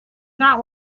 not